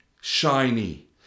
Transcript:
shiny